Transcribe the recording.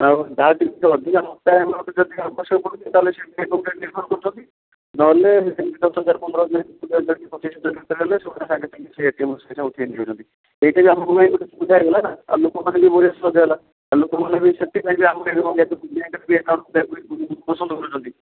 ଆଉ ଯାହା ଜିନିଷ ଅଧିକା ପ୍ରେସର୍ ପଡୁଛି ସେ ତା ଉପରେ ନିର୍ଭର କରୁଛନ୍ତି ନହେଲେ ଦଶ୍ ହଜାର୍ ପନ୍ଦର ହଜାର୍ କୋଡ଼ିଏ ହଜାର୍ ପଚିଶ୍ ହଜାର୍ ଦେଲେ ସେମାନେ ସାଙ୍ଗେସାଙ୍ଗେ ସେ ଏଟିଏମ୍ ରୁ ସାଙ୍ଗେସାଙ୍ଗେ ଉଠେଇ ନେଇଯାଉଛନ୍ତି ଏଇଟା ବି ଆପଣଙ୍କ ପାଇଁ ଗୋଟେ ସୁବିଧା ହେଇଗଲା ନା ଆଉ ଲୋକମାନେ ଗୋଟେ ପସନ୍ଦ୍ କରୁଛନ୍ତି